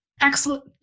Excellent